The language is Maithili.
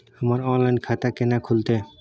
हमर ऑनलाइन खाता केना खुलते?